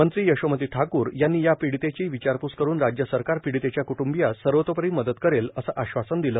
मंत्री यशोमती ठाकूर यांनी या पिडीतेची विचारपूस करून राज्य सरकार पिडीतेच्या क्टूंबियास सर्वतोपरी मदत करण्याचं आश्वासन दिलं